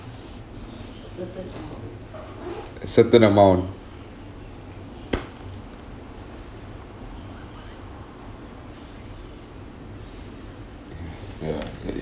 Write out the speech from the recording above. certain amount ya